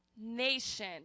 nation